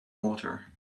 water